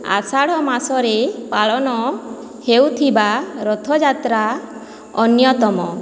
ଆଷାଢ଼ ମାସରେ ପାଳନ ହେଉଥିବା ରଥ ଯାତ୍ରା ଅନ୍ୟତମ